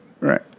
Right